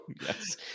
Yes